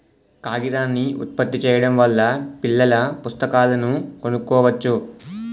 కాగితాన్ని ఉత్పత్తి చేయడం వల్ల పిల్లల పుస్తకాలను కొనుక్కోవచ్చు